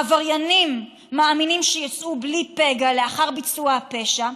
העבריינים מאמינים שיצאו בלי פגע לאחר ביצוע הפשע,